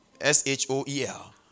S-H-O-E-L